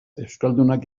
euskaldunak